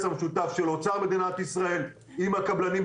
המשותף של אוצר מדינת ישראל עם הקבלנים,